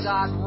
God